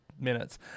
minutes